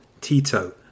Tito